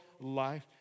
life